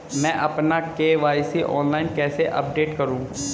मैं अपना KYC online कैसे अपडेट करूँ?